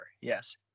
Yes